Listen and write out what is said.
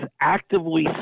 actively